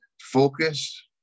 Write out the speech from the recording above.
Focus